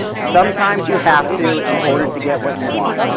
sometimes you have to in order to get what you want.